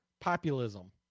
populism